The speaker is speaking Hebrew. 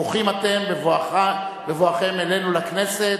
ברוכים אתם בבואכם אלינו, לכנסת.